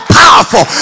powerful